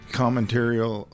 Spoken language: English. commentarial